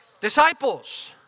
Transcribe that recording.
Disciples